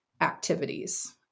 activities